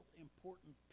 important